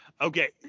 Okay